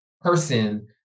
person